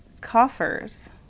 Coffers